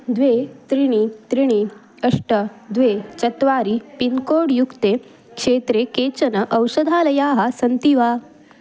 द्वे त्रीणि त्रीणि अष्ट द्वे चत्वारि पिन्कोड् युक्ते क्षेत्रे केचन औषधालयाः सन्ति वा